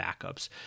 backups